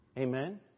Amen